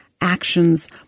actions